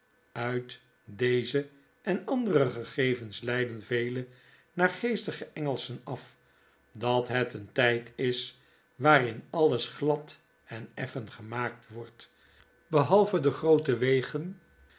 uit deze en andere gegevens leiden vele naargeestige engelschen afdatheteentjjd is waarin alles glad en effen gemaakt wordt behalve de groote wegen